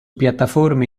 piattaforme